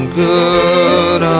good